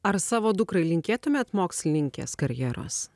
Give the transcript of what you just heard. ar savo dukrai linkėtumėt mokslininkės karjeros